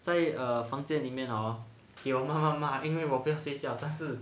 在房间里面 hor 给我妈妈骂因为我不要睡觉但是